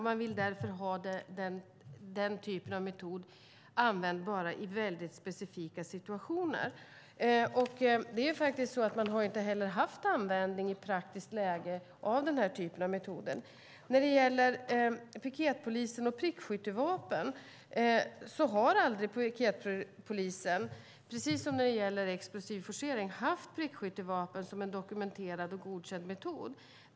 Man vill använda den typen av metoder bara i väldigt specifika situationer. Man har inte heller haft användning av den här typen av metoder i praktiskt läge. Kent Ekeroth nämner prickskyttevapen. Piketpolisen har aldrig haft vare sig prickskyttevapen eller explosiv forcering som dokumenterade och godkända metoder.